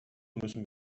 müssen